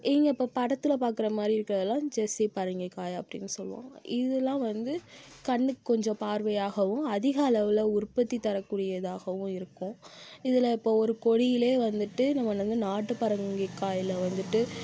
இங்கே இப்போ படத்தில் பாக்கிற மாதிரி இருக்குறது எல்லாம் ஜெஸ்ஸி பரங்கிக்காய் அப்படின்னு சொல்வாங்க இதுலாம் வந்து கண்ணுக்கு கொஞ்சம் பார்வையாகவும் அதிக அளவில் உற்பத்தி தரக்கூடியதாகவும் இருக்கும் இதில் இப்போது ஒரு கொடியிலேயே வந்துட்டு நம்ம வந்து நாட்டு பரங்கிக்காயில் வந்துட்டு